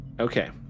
Okay